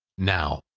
now,